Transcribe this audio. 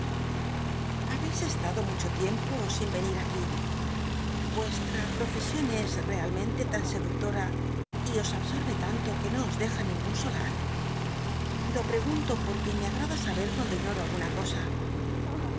hahcis estado mucho tiempo sin venir aquí vuestra profesion es realmente tan seductora y os absorbe tanto que no os deja ningun solal lo pregunto porque me agl'thla saber cuando ignoro alguna cosa